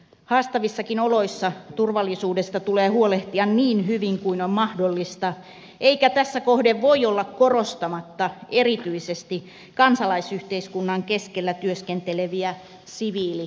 haastavissakin oloissa turvallisuudesta tulee huolehtia niin hyvin kuin on mahdollista eikä tässä kohden voi olla korostamatta erityisesti kansalaisyhteiskunnan keskellä työskenteleviä siviilityöntekijöitä